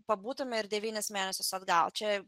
pabūtumė ir devynis mėnesius atgal čia